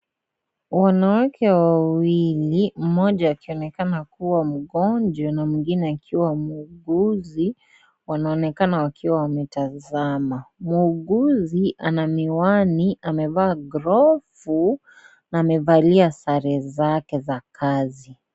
Wanawake wawili , mmoja akionekana kuwa mgonjwa na mwingine akiwa muuguzi, wanaonekana wakiwa wametazama . Muuguzi ana miwani amevaa glovu na wamevalia sare zake za kazi.